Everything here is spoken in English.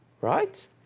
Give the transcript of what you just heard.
right